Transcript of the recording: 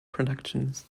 productions